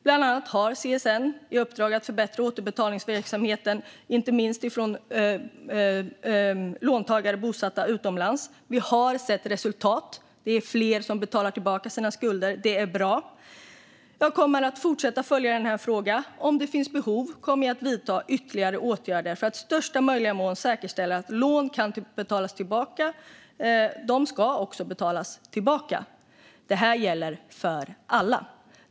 Bland annat har CSN i uppdrag att förbättra återbetalningsverksamheten inte minst från låntagare bosatta utomlands. Vi har sett resultat. Det är fler som betalar tillbaka sina skulder, och det är bra. Jag kommer att fortsätta att följa frågan. Om det finns behov kommer jag att vidta ytterligare åtgärder för att i största möjliga mån säkerställa att lån kan betalas tillbaka. De ska betalas tillbaka, och det gäller för alla.